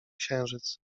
księżyc